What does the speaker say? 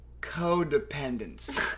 codependence